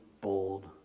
bold